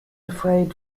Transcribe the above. afraid